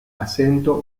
acento